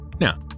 now